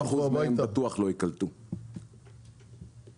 50% מהם בטוח לא יקלטו וילכו הביתה.